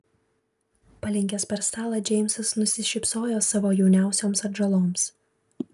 palinkęs per stalą džeimsas nusišypsojo savo jauniausioms atžaloms